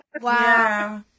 Wow